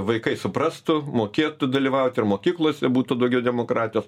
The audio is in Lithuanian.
vaikai suprastų mokėtų dalyvaut ir mokyklose būtų daugiau demokratijos